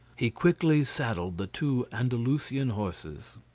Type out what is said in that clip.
he quickly saddled the two andalusian horses.